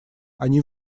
они